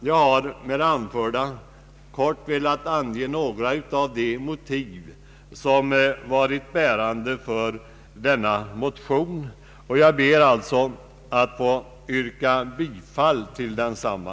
Jag har med det anförda kort velat ange några av de motiv som varit bärande för denna motion, och jag ber att få yrka bifall till densamma.